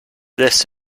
this